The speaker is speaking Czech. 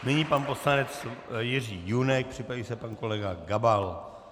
Nyní pan poslanec Jiří Junek, připraví se pan kolega Gabal.